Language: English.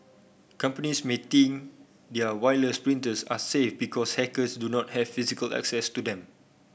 companies may think their wireless printers are safe because hackers do not have physical access to them